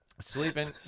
sleeping